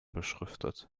beschriftet